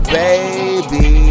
baby